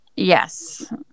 Yes